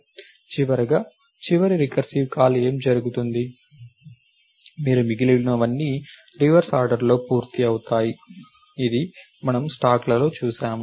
చివరగా చివరి recursive call ఏమి జరుగుతుంది మరియు మిగిలినవన్నీ రివర్స్ ఆర్డర్లో పూర్తి అవుతాయి ఇది మనం స్టాక్లలో చూసాము